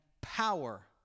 power